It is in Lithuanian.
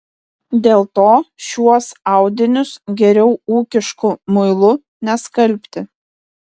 dėl to šiuos audinius geriau ūkišku muilu neskalbti